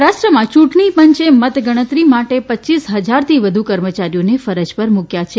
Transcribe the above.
મહારાષ્ટ્રમાં યુંટણી પંચે મત ગણતરી માટે પચ્યીસ હજારથી વધુ કર્મચારીઓને ફર ઉપર મુકથા છે